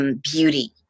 beauty